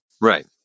right